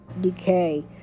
decay